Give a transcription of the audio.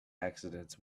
accidents